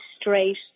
straight